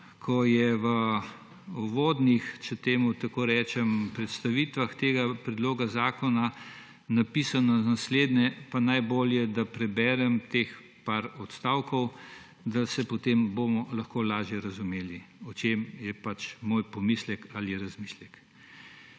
ko je v uvodnih, če temu tako rečem, predstavitvah tega predloga zakona napisano naslednje, pa najbolje, da preberem teh par odstavkov, da se potem bomo lahko lažje razumeli, o čem je pač moj pomislek ali razmislek.